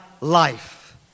life